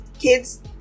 kids